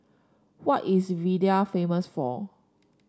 what is Riyadh famous for